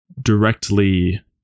directly